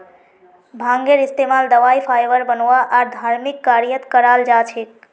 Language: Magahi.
भांगेर इस्तमाल दवाई फाइबर बनव्वा आर धर्मिक कार्यत कराल जा छेक